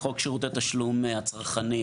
חוק שירותי התשלום הצרכני,